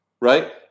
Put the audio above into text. Right